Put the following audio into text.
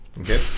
Okay